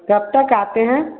कब तक आते हैं